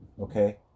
okay